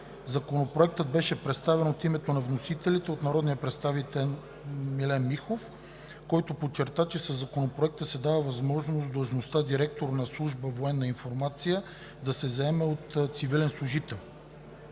Законопроектът беше представен от името на вносителите от народния представител Милен Михов, който подчерта, че със Законопроекта се дава възможност длъжността директор на служба „Военна информация“ да се заема и от цивилен служител.